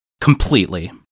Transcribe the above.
Completely